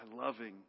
loving